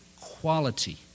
quality